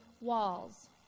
walls